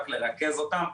רק לרכז אותם.